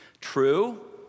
True